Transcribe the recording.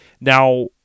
Now